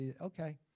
okay